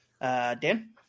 Dan